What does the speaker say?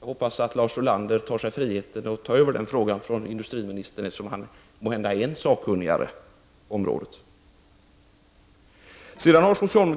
Jag hoppas att Lars Ulander tar sig friheten att ta över den frågan från industriministern, eftersom han måhända är sakunnigare på området. När det gäller stödformerna har